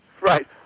Right